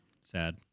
Sad